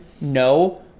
No